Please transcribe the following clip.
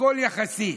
הכול יחסי.